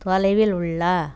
தொலைவில் உள்ள